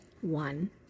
one